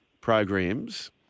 programs